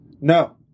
No